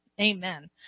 Amen